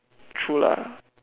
true lah